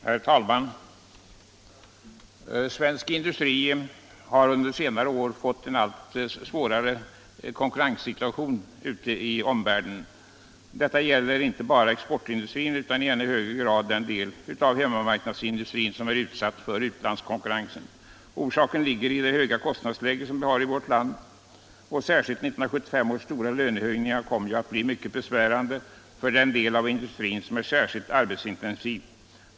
Herr talman! Svensk industri har under senare år fått en allt svårare konkurrenssituation i förhållande till omvärlden. Detta gäller inte bara exportindustrin utan i ännu högre grad den del av hemmamarknadsindustrin som är utsatt för utlandskonkurrens. Orsaken ligger i det höga kostnadsläge som vi har i vårt land. Särskilt 1975 års stora lönehöjningar kommer att bli mycket besvärande för den del av industrin som är särskilt arbetsintensiv.